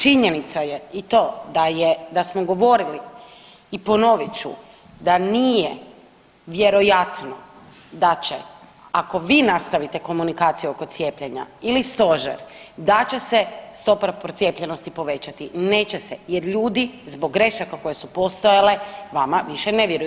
Činjenica je i to da smo govorili i ponovit ću da nije vjerojatno da će ako vi nastavite komunikaciju oko cijepljenja ili stožer da će se stopa procijepljenosti povećati, neće se jer ljudi zbog grešaka koje su postojale vama više ne vjeruju.